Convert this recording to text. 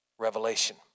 revelation